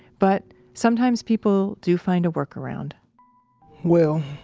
but sometimes people do find a workaround well,